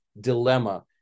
dilemma